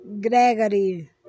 Gregory